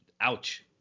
ouch